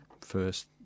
first